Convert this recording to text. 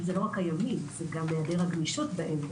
זה לא רק הימים, זה גם היעדר הגמישות בהם.